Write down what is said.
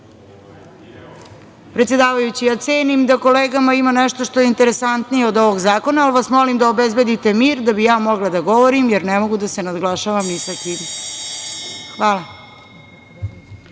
doneli…Predsedavajući, ja cenim da kolegama ima nešto što je interesantnije od ovog zakona, pa vas molim da obezbedite mir da bih ja mogla da govorim, jer ne mogu da se nadglašavam ni sa kim. Hvala. Dakle,